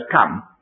come